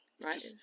Right